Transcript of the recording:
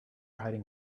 hiding